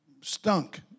stunk